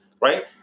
right